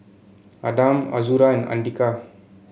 Adam Azura and Andika